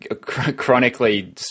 chronically